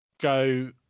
go